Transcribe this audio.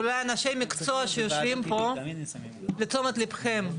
ואולי אנשי מקצועי שיושבים פה, לתשומת ליבכם.